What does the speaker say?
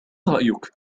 رأيك